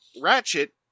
Ratchet